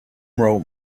wrote